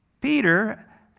Peter